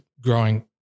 growing